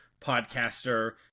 podcaster